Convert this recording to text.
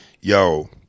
yo